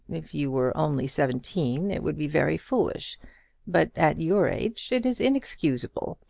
if you were only seventeen it would be very foolish but at your age it is inexcusable.